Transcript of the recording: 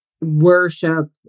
worship